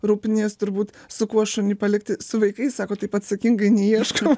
rūpinies turbūt su kuo šunį palikti su vaikais sako taip atsakingai neieškau